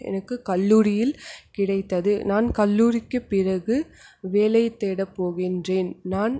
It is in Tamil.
எனக்கு கல்லூரியில் கிடைத்தது நான் கல்லூரிக்கு பிறகு வேலை தேட போகின்றேன் நான்